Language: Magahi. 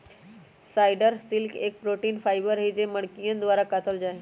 स्पाइडर सिल्क एक प्रोटीन फाइबर हई जो मकड़ियन द्वारा कातल जाहई